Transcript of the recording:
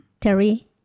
terry